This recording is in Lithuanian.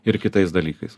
ir kitais dalykais